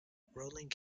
rolling